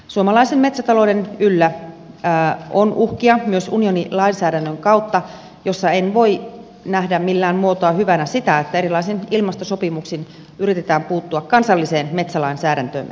suomalaisen metsätalouden yllä on uhkia myös unionin lainsäädännön kautta jossa en voi nähdä millään muotoa hyvänä sitä että erilaisin ilmastosopimuksin yritetään puuttua kansalliseen metsälainsäädäntöömme